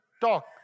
talk